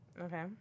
Okay